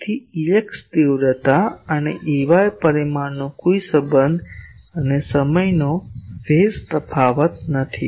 તેથી Ex તીવ્રતા અને Ey પરિમાણનો કોઈ સંબંધ અને સમયનો ફેઝ તફાવત નથી